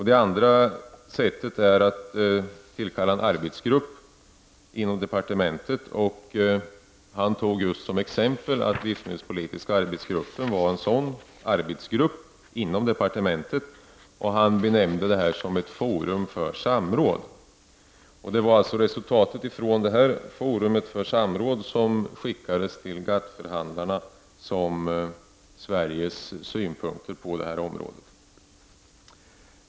Det andra sättet är att tillkalla en arbetsgrupp inom departementet, och som exempel på sådan arbetsgrupp inom departementet tog han livsmedelspolitiska arbetsgruppen. Han benämnde detta ”ett forum för samråd”. Det var resultatet av detta forum för samråd som skickades till GATT förhandlarna såsom Sveriges synpunkter på detta område.